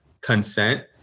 consent